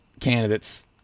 candidates